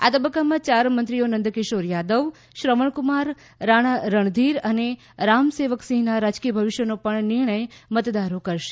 આ તબક્કામાં ચાર મંત્રિઓ નન્દકિશોર યાદવ શ્રવણકુમાર રાણા રણધીર અને રામસેવકસિંહના રાજકીય ભવિષ્યનો નિર્ણય મતદારો કરશે